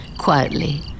quietly